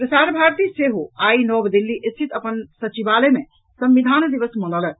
प्रसार भारती सेहो आइ नव दिल्ली स्थित अपन सचिवालय मे संविधान दिवस मनौलक